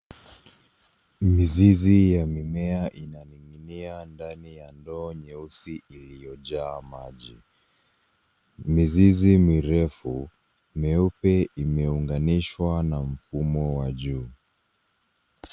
Mizizi ya mimea inaning'inia ndani ya ndoo nyeusi iliyojaa maji. Mizizi mirefu meupe imeunganishwa na mfumo wa juu.